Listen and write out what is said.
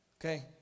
Okay